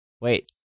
Wait